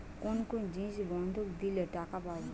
কোন কোন জিনিস বন্ধক দিলে টাকা পাব?